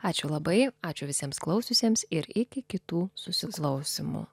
ačiū labai ačiū visiems klausiusiems ir iki kitų susiklausymų